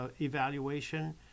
evaluation